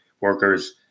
workers